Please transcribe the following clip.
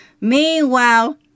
Meanwhile